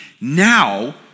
now